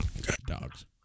Dogs